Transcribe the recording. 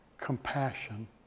compassion